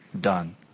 Done